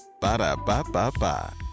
Ba-da-ba-ba-ba